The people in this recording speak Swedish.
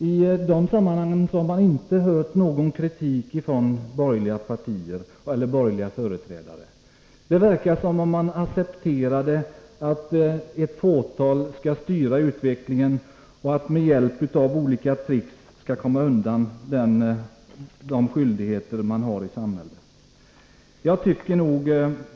I det sammanhanget har det inte hörts någon kritik från företrädare för borgerligheten. Det verkar som om man på det hållet accepterade att ett fåtal skall styra utvecklingen och med hjälp av olika tricks komma undan de skyldigheter vi har i samhället.